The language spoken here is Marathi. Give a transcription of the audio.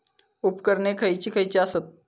उपकरणे खैयची खैयची आसत?